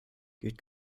geht